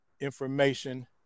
information